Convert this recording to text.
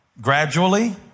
Gradually